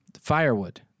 firewood